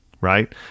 right